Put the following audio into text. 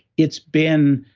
it's been